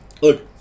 Look